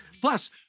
Plus